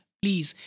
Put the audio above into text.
please